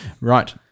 Right